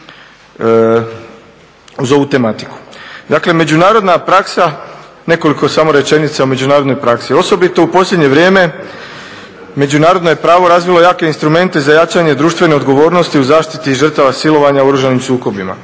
Dakle međunarodna praksa, nekoliko samo rečenica o međunarodnoj praksi. Osobito u posljednje vrijeme međunarodno je pravo razvilo jake instrumente za jačanje društvene odgovornosti u zaštiti žrtava silovanja u oružanim sukobima.